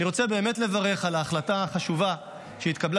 אני רוצה באמת לברך על ההחלטה החשובה שהתקבלה